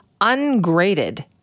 ungraded